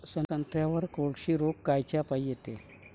संत्र्यावर कोळशी रोग कायच्यापाई येते?